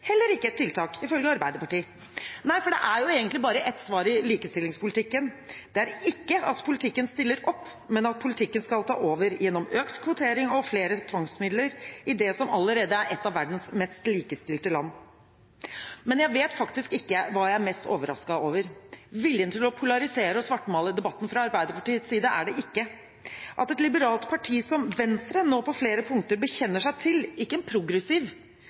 heller ikke det er et tiltak, ifølge Arbeiderpartiet. Nei, for det er jo egentlig bare ett svar i likestillingspolitikken, og det er ikke at politikken skal stille opp, men at politikken skal ta over – gjennom økt kvotering og flere tvangsmidler i det som allerede er et av verdens mest likestilte land. Men jeg vet faktisk ikke hvilket standpunkt jeg er mest overrasket over. Viljen til å polarisere og svartmale debatten fra Arbeiderpartiets side er det ikke. At et liberalt parti som Venstre nå på flere punkter bekjenner seg til ikke en progressiv,